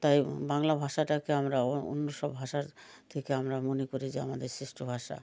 তাই বাংলা ভাষাটাকে আমরা অন্য সব ভাষার থেকে আমরা মনে করি যে আমাদের শ্রেষ্ঠ ভাষা